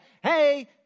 hey